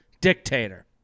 dictator